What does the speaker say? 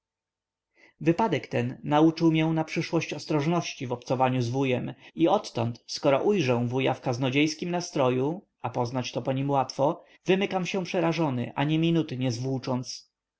wypadek ten nauczył mię na przyszłość ostrożności w obcowaniu z wujem i odtąd skoro ujrzę wuja w kaznodziejskim nastroju a poznać to po nim łatwo wymykam się przerażony ani minuty nie zwłócząc